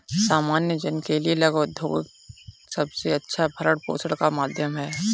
सामान्य जन के लिये लघु उद्योग सबसे अच्छा भरण पोषण का माध्यम है